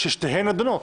ששתיהן נדונות.